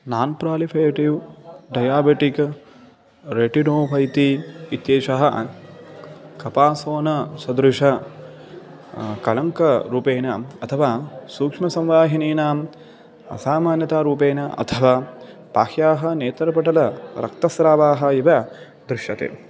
नान् proliferative diabetic retinopathy इत्येषः कपासोनसदृशं कलङ्करूपेण अथवा सूक्ष्मसंवाहिनीनाम् असामान्यतारूपेण अथवा बाह्याः नेत्रपटलरक्तस्रावाः इव दृश्यते